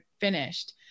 finished